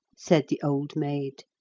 said the old maid,